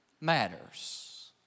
matters